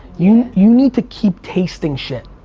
you you need to keep tasting shit.